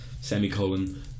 semicolon